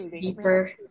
deeper